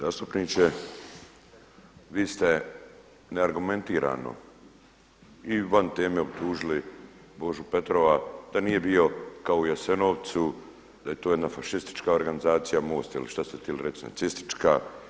Zastupniče, vi ste neargumentirano i van teme optužili Božu Petrova da nije bio kao u Jasenovcu, da je to jedna fašistička organizacija MOST ili šta ste htjeli reći nacistička.